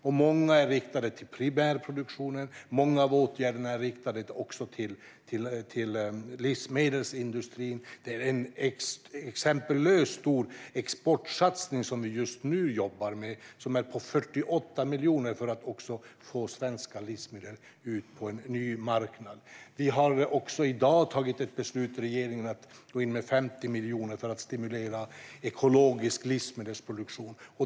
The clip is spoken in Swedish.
Många av åtgärderna är riktade till primärproduktionen och många till livsmedelsindustrin. Det är en exempellös stor exportsatsning som vi just nu jobbar med som är på 48 miljoner för att få svenska livsmedel ut på en ny marknad. Regeringen har i dag fattat ett beslut om att gå in med 50 miljoner för att stimulera ekologisk livsmedelsproduktion.